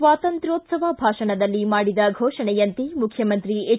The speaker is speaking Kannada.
ಸ್ವಾತಂತ್ರ್ಕ್ಯೋತ್ಸವ ಭಾಷಣದಲ್ಲಿ ಮಾಡಿದ ಫೋಷಣೆಯಂತೆ ಮುಖ್ಯಮಂತ್ರಿ ಎಚ್